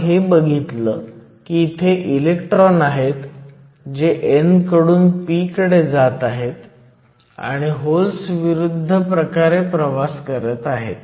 आपण हे बघितलं की इथे इलेक्ट्रॉन आहेत जे n कडून p कडे जात आहेत आणि होल्स विरुद्ध प्रकारे प्रवास करत आहेत